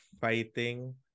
fighting